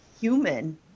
human